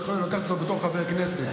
הם לקחו אותו בתור חבר כנסת,